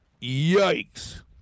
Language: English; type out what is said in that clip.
Yikes